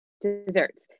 desserts